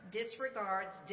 disregards